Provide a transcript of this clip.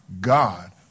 God